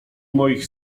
moich